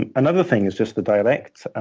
and another thing is just the direct